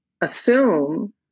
assume